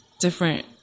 different